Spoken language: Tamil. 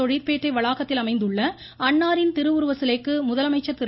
தொழிற்பேட்டை வளாகத்தில் அமைந்துள்ள அன்னாரின் திருவுருவ சிலைக்கு முதலமைச்சர் திரு